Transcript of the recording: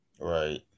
Right